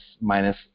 minus